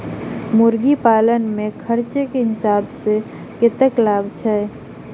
मुर्गी पालन मे खर्च केँ हिसाब सऽ कतेक लाभ छैय?